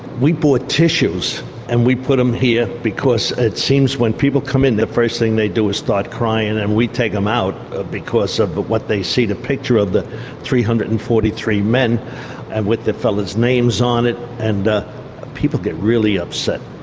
we bought tissues and we put them here because it seems when people come in, the first thing they do is start crying and and we take them out because of but what they see the picture of, the three hundred and forty three men, and with the fellows' names on it. and people get really upset,